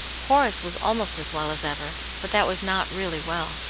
horace was almost as well as ever, but that was not really well.